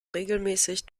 regelmäßig